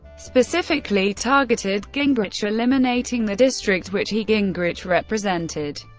specifically targeted gingrich, eliminating the district which he gingrich represented.